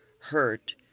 hurt